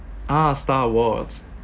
ah star awards